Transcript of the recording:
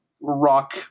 rock